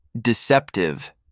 Deceptive